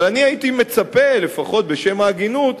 אני הייתי מצפה, לפחות בשם ההגינות,